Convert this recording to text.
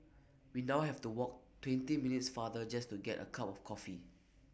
we now have to walk twenty minutes farther just to get A cup of coffee